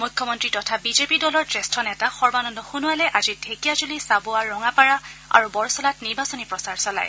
মুখ্যমন্ত্ৰী তথা B J P দলৰ জ্যেষ্ঠ নেতা সৰ্বানন্দ সোণোৱালে আজি ঢেকিয়াজুলি চাবুৱা ৰঙাপাৰা আৰু বৰচলাত নিৰ্বাচনী প্ৰচাৰ চলায়